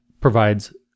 provides